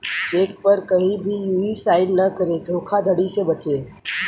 check पर कहीं भी यू हीं साइन न करें धोखाधड़ी से बचे